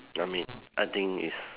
I mean I think is